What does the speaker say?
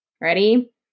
Ready